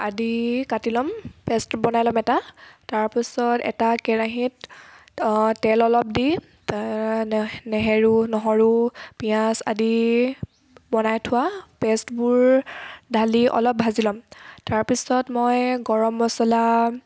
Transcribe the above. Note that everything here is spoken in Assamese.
আদি কাটি ল'ম পে'ষ্ট বনাই ল'ম এটা তাৰপিছত এটা কেৰাহীত তেল অলপ দি নেহেৰু নহৰু পিঁয়াজ আদি বনাই থোৱা পে'ষ্টবোৰ ঢালি অলপ ভাজি ল'ম তাৰপিছত মই গৰম মচলা